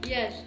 Yes